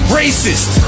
racist